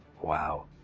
wow